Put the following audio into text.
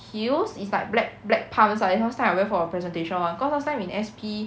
heels is like black black pumps lah is last time I wear for presentation [one] cause last time in S_P